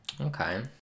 okay